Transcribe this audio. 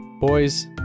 Boys